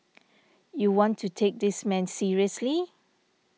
you want to take this man seriously